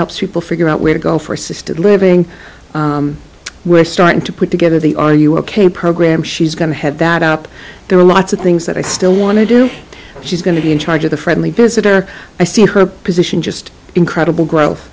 helps people figure out where to go for assisted living we're starting to put together the are you ok program she's going to head that up there are lots of things that i still want to do she's going to be in charge of the friendly visitor i see her position just incredible growth